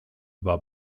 war